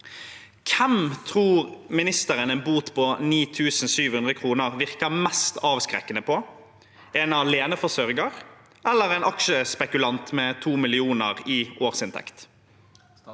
Hvem tror ministeren en bot på 9 700 kr virker mest avskrekkende på, en aleneforsørger eller en aksjespekulant med 2 mill. kr i årsinntekt?